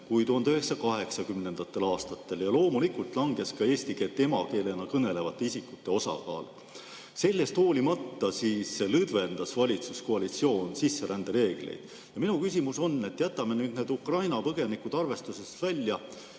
kui 1980. aastatel. Loomulikult langes ka eesti keelt emakeelena kõnelevate isikute osakaal. Sellest hoolimata lõdvendas valitsuskoalitsioon sisserände reegleid. Minu küsimus on – jätame Ukraina põgenikud arvestusest välja